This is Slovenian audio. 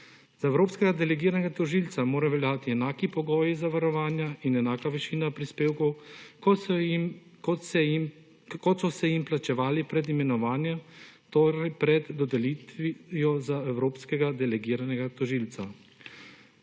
Za evropskega delegiranega tožilca morajo veljati enaki pogoji zavarovanja in enaka višina prispevkov, kot so se jim plačevali pred imenovanjem, torej pred dodelitvijo za evropskega delegiranega tožilca.